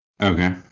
okay